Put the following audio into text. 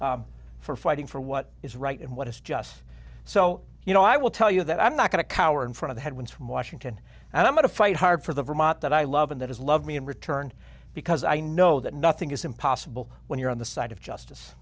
me for fighting for what is right and what is just so you know i will tell you that i'm not going to cower in front of headwinds from washington and i'm going to fight hard for the vermont that i love and that is love me in return because i know that nothing is impossible when you're on the side of justice